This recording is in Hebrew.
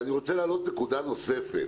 אני רוצה להעלות נקודה נוספת